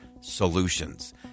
solutions